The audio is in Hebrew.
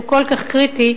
שהוא כל כך קריטי,